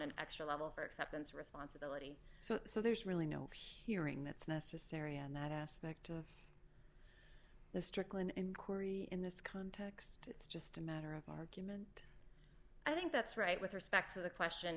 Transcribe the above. an extra level for acceptance of responsibility so there's really no hearing that's necessary and that aspect of the strickland inquiry in this context it's just a matter of argument i think that's right with respect to the question